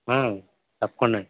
తప్పకుండా అండి